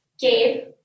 Gabe